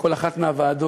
בכל אחת מהוועדות,